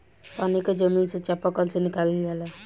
पानी के जमीन से चपाकल से निकालल जाला